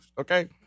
okay